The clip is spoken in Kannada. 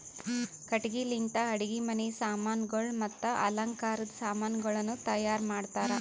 ಕಟ್ಟಿಗಿ ಲಿಂತ್ ಅಡುಗಿ ಮನಿ ಸಾಮಾನಗೊಳ್ ಮತ್ತ ಅಲಂಕಾರದ್ ಸಾಮಾನಗೊಳನು ತೈಯಾರ್ ಮಾಡ್ತಾರ್